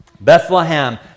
Bethlehem